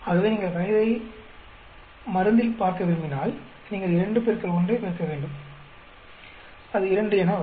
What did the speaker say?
ஆகவே நீங்கள் வயதைக் மருந்தில் பார்க்க விரும்பினால் நீங்கள் 2 x 1 ஐ பெருக்க வேண்டும் அது 2 என வரும்